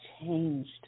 changed